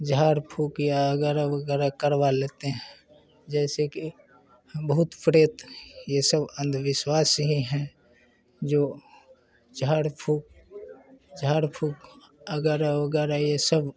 झाड़ फूँक या वग़ैरह वग़ैरह करवा लेते हैं जैसे कि भूत प्रेत ये सब अंधविश्वास ही हैं जो झाड़ फूँक झाड़ फूँक वग़ैरह वग़ैरह ये सब